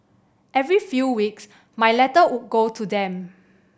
every few weeks my letter would go to them